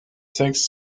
sexes